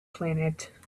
planet